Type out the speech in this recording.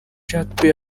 jack